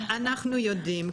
אנחנו יודעים,